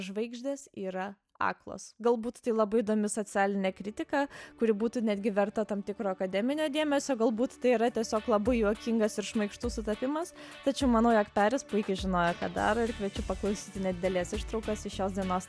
žvaigždės yra aklos galbūt tai labai įdomi socialinė kritika kuri būtų netgi verta tam tikro akademinio dėmesio galbūt tai yra tiesiog labai juokingas ir šmaikštus sutapimas tačiau manau jog peris puikiai žinojo ką daro ir kviečiu paklausyti nedidelės ištraukos iš šios dienos